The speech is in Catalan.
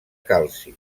calci